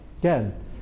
Again